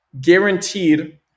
guaranteed